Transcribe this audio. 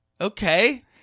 Okay